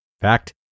Fact